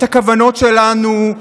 את הכוונות שלנו,